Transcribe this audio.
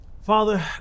Father